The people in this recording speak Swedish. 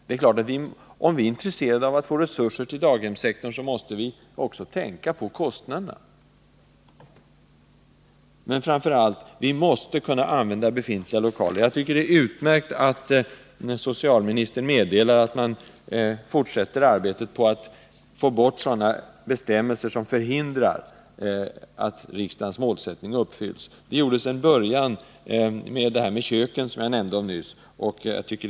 Det är klart, att om vi är intresserade av att få resurser till daghemssektorn, måste vi också tänka på kostnaderna. Framför allt måste vi kunna använda befintliga lokaler. Jag tycker att det är utmärkt att socialministern meddelar att man fortsätter arbetet på att få bort sådana bestämmelser som hindrar att riksdagens mål kan uppnås. Det började, som jag nyss nämnde, med köken.